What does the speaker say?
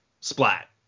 splat